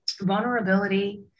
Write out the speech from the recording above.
vulnerability